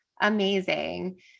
Amazing